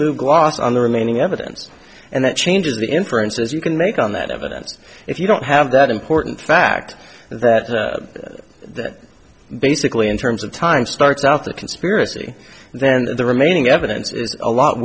new gloss on the remaining evidence and that changes the inferences you can make on that evidence if you don't have that important fact that that basically in terms of time starts out the conspiracy then the remaining evidence is a lot